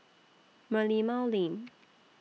Merlimau Lane